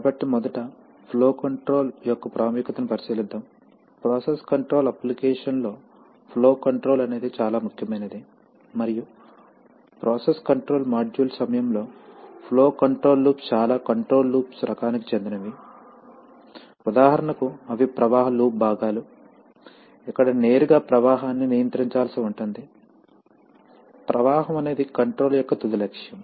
కాబట్టి మొదట flow control యొక్క ప్రాముఖ్యతను పరిశీలిద్దాం ప్రాసెస్ కంట్రోల్ అప్లికేషన్లో ఫ్లో కంట్రోల్ అనేది చాలా ముఖ్యమైనది మరియు ప్రాసెస్ కంట్రోల్ మాడ్యూల్ సమయంలో ఫ్లో కంట్రోల్ లూప్స్ చాలా కంట్రోల్ లూప్స్ రకానికి చెందినవి ఉదాహరణకు అవి ప్రవాహ లూప్ భాగాలు ఇక్కడ నేరుగా ప్రవాహాన్ని నియంత్రించాల్సి ఉంటుంది ప్రవాహం అనేది కంట్రోల్ యొక్క తుది లక్ష్యం